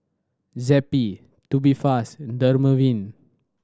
Zappy Tubifast Dermaveen